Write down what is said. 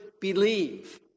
believe